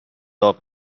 داغ